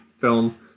film